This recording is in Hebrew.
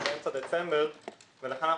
ואנחנו באמצע דצמבר ולכן,